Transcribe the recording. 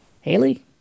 Haley